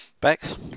bex